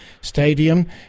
Stadium